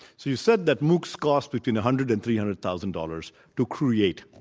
so you said that moocs cost between a hundred and three hundred thousand dollars to create.